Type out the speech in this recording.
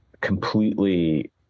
completely